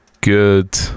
good